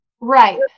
Right